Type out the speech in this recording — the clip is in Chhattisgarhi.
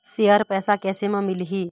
शेयर पैसा कैसे म मिलही?